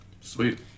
Sweet